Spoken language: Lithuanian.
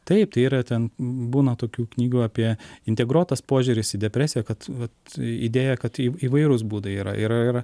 taip tai yra ten būna tokių knygų apie integruotas požiūris į depresiją kad vat idėja kad įvairūs būdai yra yra ir